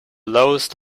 lowest